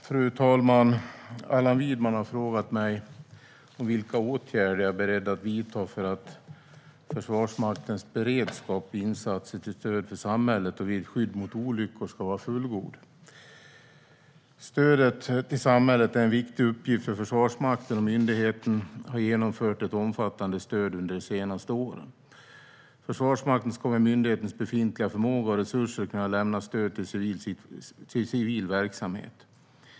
Fru talman! Allan Widman har frågat mig vilka åtgärder jag är beredd att vidta för att Försvarsmaktens beredskap vid insatser till stöd för samhället och vid skydd mot olyckor ska vara fullgod. Stödet till samhället är en viktig uppgift för Försvarsmakten, och myndigheten har genomfört ett omfattande stöd under de senaste åren. Försvarsmakten ska med myndighetens befintliga förmåga och resurser kunna lämna stöd till civil verksamhet.